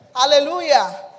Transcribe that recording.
Hallelujah